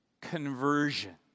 conversion